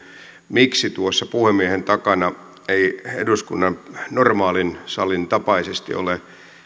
miksi tuossa puhemiehen takana ei eduskunnan normaalin salin tapaisesti ole